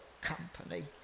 company